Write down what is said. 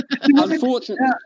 Unfortunately